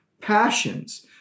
passions